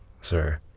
sir